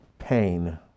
pain